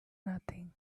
nothing